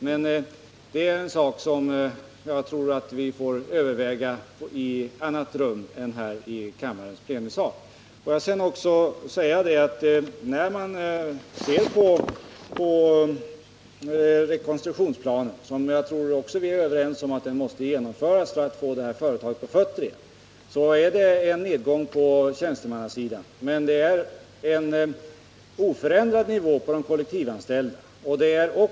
Men det är en sak som jag tror att vi får överväga i ett annat Vi torde vara överens om att rekonstruktionsplanen måste genomföras för att få detta företag på fötter. Det blir då en nedskärning på tjänstemannasidan men en oförändrad nivå i fråga om antalet kollektivanställda.